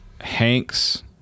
Hanks